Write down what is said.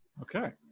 Okay